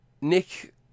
Nick